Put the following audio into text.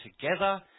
together